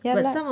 ya but